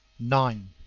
nine.